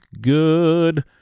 good